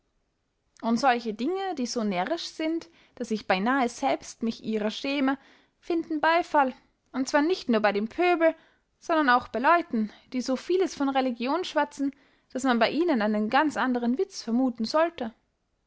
und solche dinge die so närrisch sind daß ich beynahe selbst mich ihrer schäme finden beyfall und zwar nicht nur bey dem pöbel sondern auch bey leuten die so vieles von religion schwatzen daß man bey ihnen einen ganz andern witz vermuthen sollte